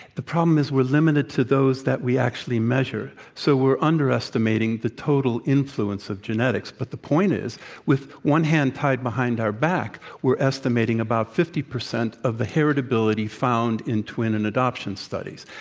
the problem is we're limited to those that we actually measure, so we're underestimating the total influence of genetics. but the point is with one hand tied behind our back we're estimating about fifty percent of the heritability found in twin and adoption studies,